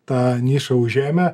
tą nišą užėmę